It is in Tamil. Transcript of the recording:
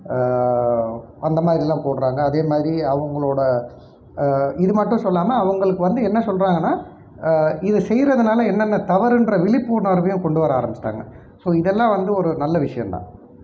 அந்த மாதிரிலாம் போடுறாங்க அதே மாதிரி அவங்களோட இது மட்டும் சொல்லாமல் அவங்களுக்கு வந்து என்ன சொல்றாங்கனால் இதை செய்யறதுனால என்னென்ன தவறுன்ற விழிப்புணர்வையும் கொண்டு வர ஆரம்பிச்சிட்டாங்க ஸோ இதெலாம் வந்து ஒரு நல்ல விஷயந்தான்